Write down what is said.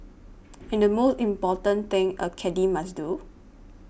and the most important thing a caddie must do